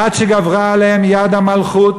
עד שגברה עליהם יד המלכות